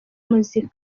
muzika